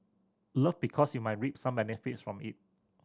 love because you might reap some benefits from it